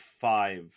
five